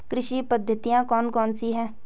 कृषि पद्धतियाँ कौन कौन सी हैं?